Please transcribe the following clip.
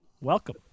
Welcome